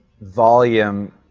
volume